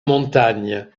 montagne